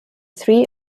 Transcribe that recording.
three